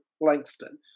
Langston